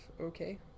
okay